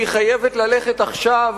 והיא חייבת ללכת עכשיו,